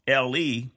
LE